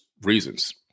reasons